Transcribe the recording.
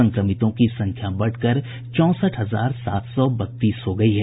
संक्रमितों की संख्या बढ़कर चौंसठ हजार सात सौ बत्तीस हो गयी है